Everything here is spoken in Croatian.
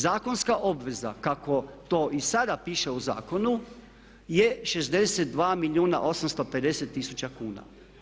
Zakonska obveza kako to i sada piše u zakonu je 62 milijuna i 850 tisuća kuna.